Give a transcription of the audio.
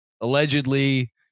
allegedly